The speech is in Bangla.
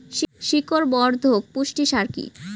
শিকড় বর্ধক পুষ্টি সার কি?